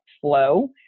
flow